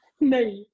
No